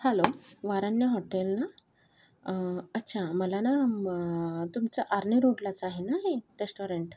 hello वाराण्य hotel ना अच्छा मला ना तुमचं आरणे रोडलाच आहे ना हे रेस्टॉरंट